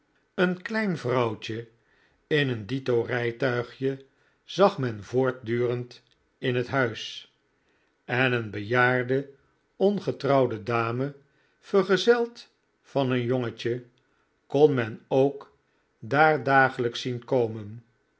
een klein vrouwtje in een dito rijtuigje zag men voortdurend in het huis en een bejaarde ongetrouwde dame vergezeld van een jongetje kon men ook daar dagelijks zien komen